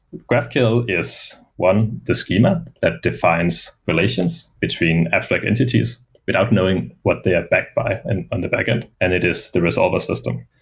graphql is, one, the schema that defines relations between abstract entities without knowing what they are backed by and on the backend, and it is the resolver system.